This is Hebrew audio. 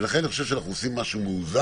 ולכן אני חושב שאנחנו עושים משהו מאוזן,